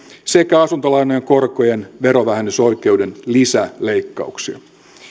sekä asuntolainojen korkojen verovähennysoikeuden lisäleikkauksia